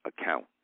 account